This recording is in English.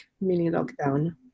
mini-lockdown